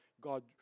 God